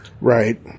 Right